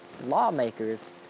lawmakers